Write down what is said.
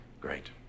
Great